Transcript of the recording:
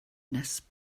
nes